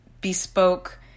bespoke